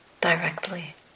directly